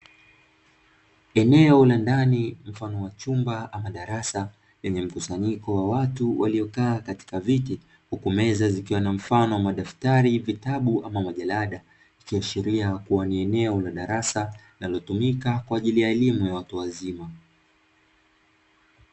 Eneo la ndani mfano wa chumba ama darasa, lenye mkusanyiko wa watu waliokaa katika viti huku meza zikiwa na mfano wa madaftari vitabu ama majalada, ikiashiria kuwa ni eneo la darasa linalotumika kwaajili ya elimu ya watu wazima.